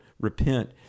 repent